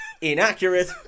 inaccurate